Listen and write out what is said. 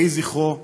יהי זכרו ברוך.